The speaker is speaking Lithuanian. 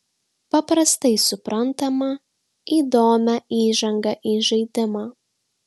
paprastai suprantamą įdomią įžangą į žaidimą